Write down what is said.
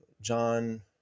John